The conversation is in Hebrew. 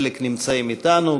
חלק נמצאים אתנו,